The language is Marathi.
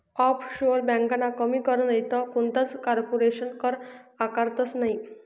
आफशोअर ब्यांका कमी कर नैते कोणताच कारपोरेशन कर आकारतंस नयी